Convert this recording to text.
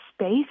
space